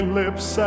lips